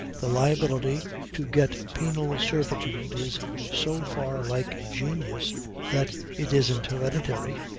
the liability to get penal servitude is so far like genius that it isn't hereditary.